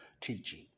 teaching